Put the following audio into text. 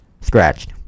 Scratched